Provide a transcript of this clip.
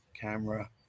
Camera